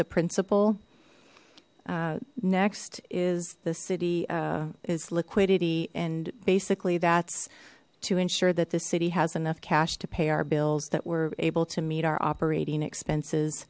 the principle next is the city is liquidity and basically that's to ensure that the city has enough cash to pay our bills that we're able to meet our operating expenses